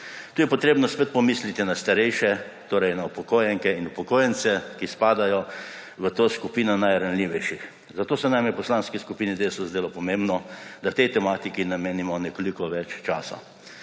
Tukaj je treba spet pomisliti na starejše, torej na upokojenke in upokojence, ki spadajo v to skupino najranljivejših, zato se nam je v Poslanski skupini Desus zdelo pomembno, da tej tematiki namenimo nekoliko več časa.